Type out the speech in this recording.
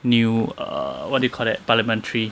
new err what do you call that parliamentary